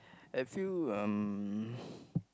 have you um